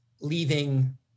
leaving